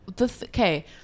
Okay